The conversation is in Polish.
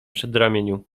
przedramieniu